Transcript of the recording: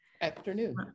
Afternoon